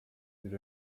bir